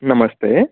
नमस्ते